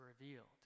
revealed